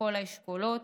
בכל האשכולות.